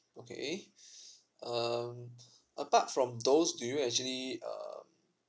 okay um apart from those do you actually um